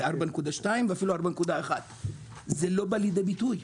4.2 ואפילו 4.1 זה לא בא לידי ביטוי.